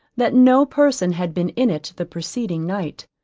that no person had been in it the preceding night,